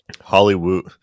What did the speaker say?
Hollywood